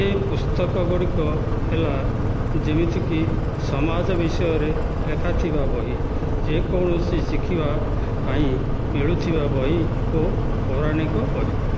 ଯେମିତିକି ସମାଜ ବିଷୟରେ ଲେଖାଥିବା ବହି ଯେକୌଣସି ଶିଖିବାପାଇଁ ମିଳୁଥିବା ବହି ଓ ପୌରାଣିକ ବହି